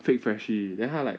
fake freshie then 他 like